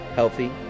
healthy